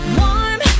warm